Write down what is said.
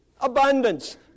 abundance